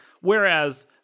Whereas